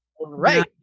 Right